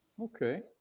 Okay